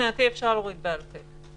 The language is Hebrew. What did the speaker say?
מבחינתי אפשר להוריד "בעל פה".